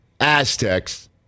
Aztecs